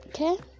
okay